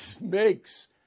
makes